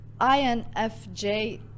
INFJ